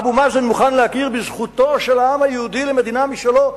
אבו מאזן מוכן להכיר בזכותו של העם היהודי למדינה משלו?